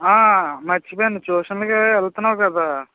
మర్చిపోయాను ట్యూషన్కి వెళ్తున్నావు కదా